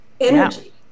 energy